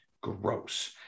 gross